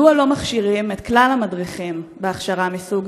מדוע לא מכשירים את כלל המדריכים בהכשרה מסוג